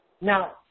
Now